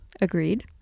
Agreed